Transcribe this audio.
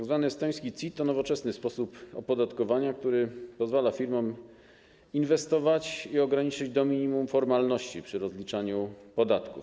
Tzw. estoński CIT to nowoczesny sposób opodatkowania, który pozwala firmom inwestować i ograniczyć do minimum formalności przy rozliczaniu podatków.